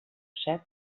set